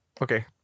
Okay